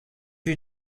you